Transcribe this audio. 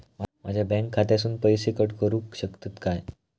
माझ्या बँक खात्यासून पैसे कट करुक शकतात काय?